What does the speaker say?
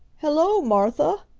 hello, martha!